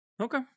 Okay